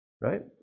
Right